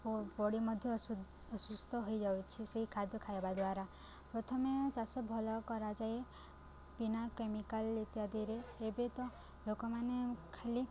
ଓ ବଡ଼ି ମଧ୍ୟ ଅସୁସ୍ଥ ହେଇଯାଉଛି ସେଇ ଖାଦ୍ୟ ଖାଇବା ଦ୍ୱାରା ପ୍ରଥମେ ଚାଷ ଭଲ କରାଯାଏ ବିନା କେମିକାଲ ଇତ୍ୟାଦିରେ ଏବେ ତ ଲୋକମାନେ ଖାଲି